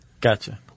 Gotcha